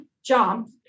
jump